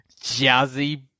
jazzy